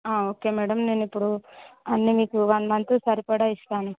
ఆ okay madam నేను ఇప్పుడు అన్నీ మీకు వన్ మంత్ కి సరిపడా ఇస్తాను